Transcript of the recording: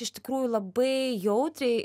iš tikrųjų labai jautriai